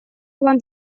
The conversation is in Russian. план